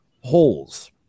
holes